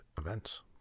events